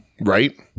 right